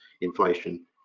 inflation